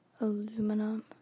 Aluminum